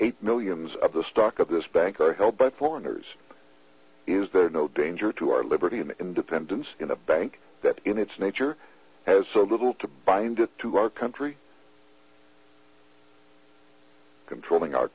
eight millions of the stock of this bank or hell but foreigners is there no danger to our liberty and independence in a bank that in its nature has so little to bind to our country controlling our